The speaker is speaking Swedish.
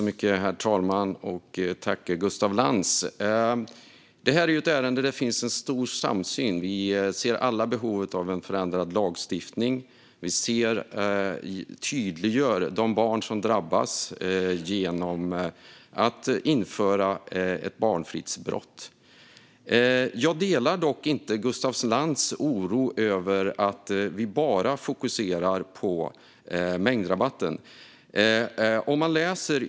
Herr talman! Detta är ett ärende där det finns en stor samsyn. Vi ser alla behovet av en förändrad lagstiftning. Vi tydliggör de barn som drabbas genom att införa ett barnfridsbrott. Jag delar dock inte Gustaf Lantz oro över att vi bara fokuserar på mängdrabatten.